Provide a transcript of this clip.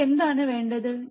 നമുക്ക് എന്താണ് വേണ്ടത്